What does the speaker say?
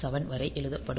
7 வரை எழுதப்படும்